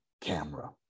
camera